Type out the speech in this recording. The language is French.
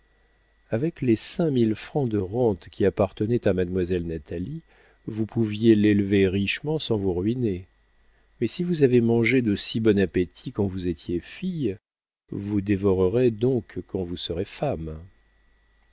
avec les cinquante mille francs de rentes qui appartenaient à mademoiselle natalie vous pouviez l'élever richement sans vous ruiner mais si vous avez mangé de si bon appétit quand vous étiez fille vous dévorerez donc quand vous serez femme